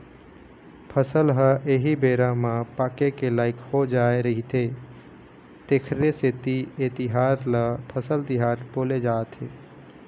फसल ह एही बेरा म पाके के लइक हो जाय रहिथे तेखरे सेती ए तिहार ल फसल तिहार बोले जाथे